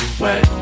wet